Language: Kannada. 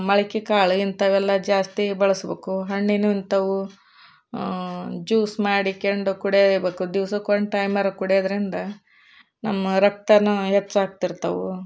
ಮಳಕೆ ಕಾಳು ಇಂಥವೆಲ್ಲ ಜಾಸ್ತಿ ಬಳಸ್ಬೇಕು ಹಣ್ಣಿನ ಇಂಥವು ಜ್ಯೂಸ್ ಮಾಡಿಕೊಂಡು ಕುಡ್ಯಬೇಕು ದಿವ್ಸಕ್ಕೆ ಒನ್ ಟೈಮ್ ಆರೂ ಕುಡಿಯೋದರಿಂದ ನಮ್ಮ ರಕ್ತನೂ ಹೆಚ್ಚಾಗ್ತಿರ್ತವು